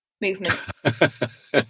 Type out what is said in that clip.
movements